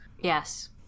Yes